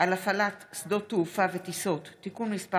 על הפעלת שדות תעופה וטיסות) (תיקון מס'